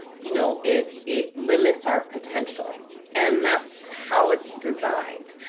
you know, it it limits our potential and that's how it's designed.